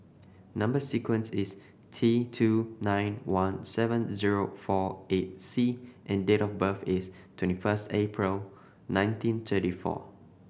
number sequence is T two nine one seven zero four eight C and date of birth is twenty first April nineteen thirty four